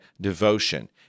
devotion